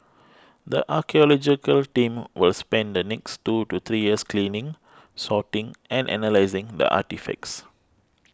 the archaeological team will spend the next two to three years cleaning sorting and analysing the artefacts